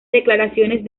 declaraciones